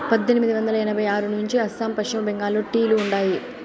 పద్దెనిమిది వందల ఎనభై ఆరు నుంచే అస్సాం, పశ్చిమ బెంగాల్లో టీ లు ఉండాయి